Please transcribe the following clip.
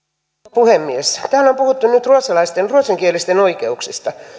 puhemies täällä on puhuttu nyt ruotsinkielisten oikeuksista